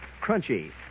crunchy